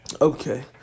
Okay